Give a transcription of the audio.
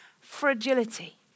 fragility